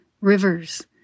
rivers